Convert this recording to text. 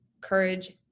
courage